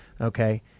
okay